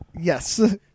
Yes